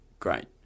Great